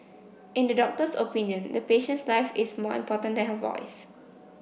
in the doctor's opinion the patient's life is more important than her voice